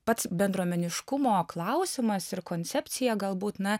pats bendruomeniškumo klausimas ir koncepcija galbūt na